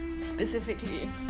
specifically